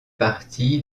partie